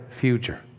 future